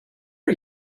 are